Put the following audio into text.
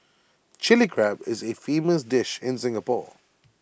Chilli Crab is A famous dish in Singapore